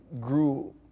grew